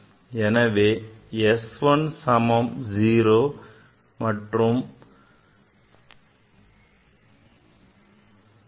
எனவே s l சமம் 0 மற்றும் then spin half j is half